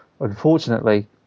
Unfortunately